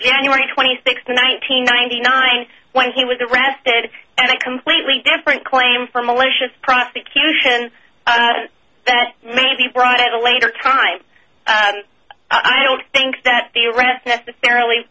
january twenty sixth or nineteen ninety nine when he was arrested and a completely different claim for malicious prosecution that may be brought at a later time and i don't think that the rest necessarily